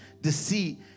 deceit